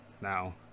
Now